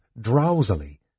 drowsily